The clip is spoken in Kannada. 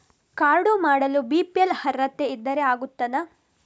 ಕಾರ್ಡು ಮಾಡಲು ಬಿ.ಪಿ.ಎಲ್ ಅರ್ಹತೆ ಇದ್ದರೆ ಆಗುತ್ತದ?